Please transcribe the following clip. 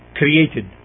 created